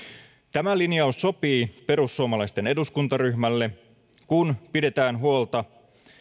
tämä linjaus sopii perussuomalaisten eduskuntaryhmälle kun pidetään huolta